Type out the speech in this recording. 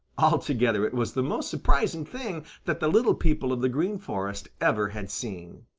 altogether it was the most surprising thing that the little people of the green forest ever had seen.